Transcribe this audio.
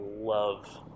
love